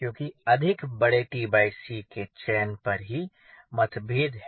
क्योंकि अधिक बड़े के चयन पर ही मतभेद है